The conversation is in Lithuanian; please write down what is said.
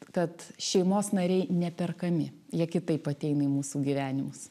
kad šeimos nariai neperkami jie kitaip ateina į mūsų gyvenimus